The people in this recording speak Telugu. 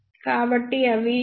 కాబట్టి అవి 2